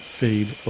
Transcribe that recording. fade